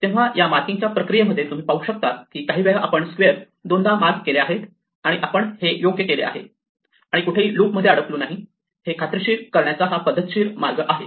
तेव्हा या मार्किंग च्या प्रक्रियेमध्ये तुम्ही पाहू शकतात की काहीवेळा आपण स्क्वेअर दोनदा मार्क केले आहे आणि आपण हे योग्य केले आहे आणि कुठेही लूप मध्ये अडकलो नाही हे खात्री करण्याचा हा पद्धतशीर मार्ग आहे